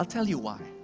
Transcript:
um tell you why.